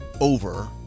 over